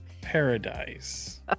Paradise